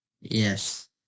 yes